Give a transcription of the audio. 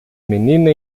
menina